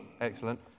Excellent